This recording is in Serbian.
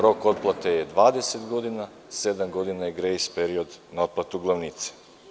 Rok otplate je 20 godina, sedam godina je grejs period na otplatu glavnice.